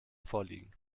vorliegen